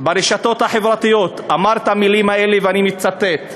ברשתות החברתיות אמר את המילים האלה, ואני מצטט: